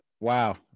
Wow